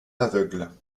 aveugle